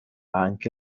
anche